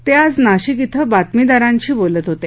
ते आज नाशिक धिं बातमीदारांशी बोलत होते